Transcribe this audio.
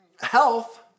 health